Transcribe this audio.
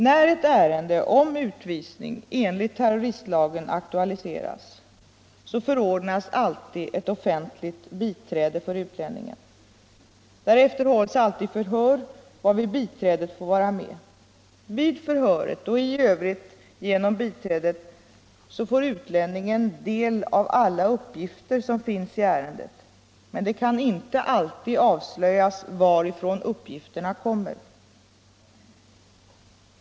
När ett ärende om utvisning enligt terroristlagen aktualiseras förordnas alltid ett offentligt biträde för utlänningen. Därefter hålls alltid förhör, varvid biträdet får vara med. Vid förhöret och i övrigt genom biträdet får utlänningen del av alla uppgifter som finns i ärendet, men det kan inte alltid avslöjas varifrån uppgifterna kommer.